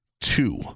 two